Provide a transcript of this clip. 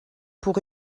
pour